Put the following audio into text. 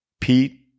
Pete